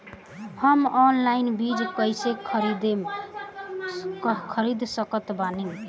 हम ऑनलाइन बीज कइसे खरीद सकत बानी?